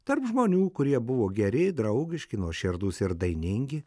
tarp žmonių kurie buvo geri draugiški nuoširdūs ir dainingi